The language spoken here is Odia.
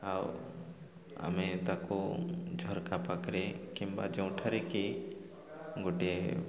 ଆଉ ଆମେ ତାକୁ ଝରକା ପାଖରେ କିମ୍ବା ଯେଉଁଠାରେ କିି ଗୋଟିଏ